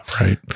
right